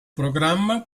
programma